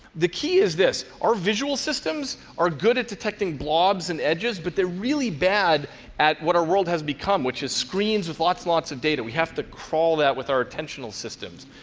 the key is this our visual systems are good at detecting blobs and edges, but they're really bad at what our world has become, which is screens with lots and lots of data. we have to crawl that with our attentional systems.